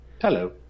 Hello